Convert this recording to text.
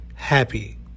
happy